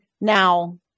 now